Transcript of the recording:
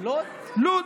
לוד,